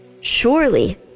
surely